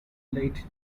late